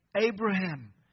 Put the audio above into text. Abraham